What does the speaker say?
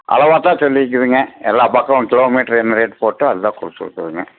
அளவா தான் சொல்லியிருக்கிதுங்க எல்லா பக்கம் கிலோமீட்ரு என்ன ரேட் போட்டோ அதுதான் கொடுத்துருக்குறேங்க